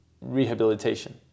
rehabilitation